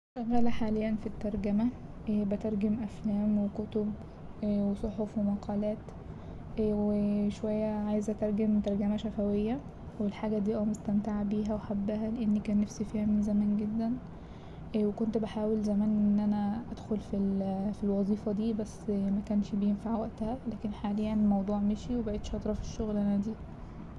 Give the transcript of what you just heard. شغاله حاليا في الترجمة بترجم أفلام وكتب وصحف ومقالات وشوية عايزة اترجم ترجمة شفوية والحاجة دي اه مستمتعة بيها وحباها لأن كان نفسي فيها من زمان جدا وكنت بحاول زمان إن أنا ادخل في ال- في الوظيفة دي بس مكانش بينفع وقتها لكن حاليا الموضوع مشي وبقيت شاطرة في الشغلانة دي.